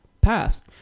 passed